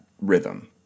rhythm